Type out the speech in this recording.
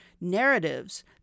narratives